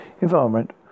environment